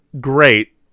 great